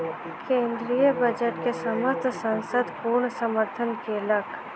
केंद्रीय बजट के समस्त संसद पूर्ण समर्थन केलक